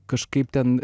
kažkaip ten